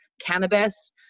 cannabis